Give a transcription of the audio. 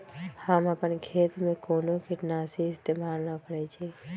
हम अपन खेत में कोनो किटनाशी इस्तमाल न करई छी